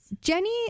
Jenny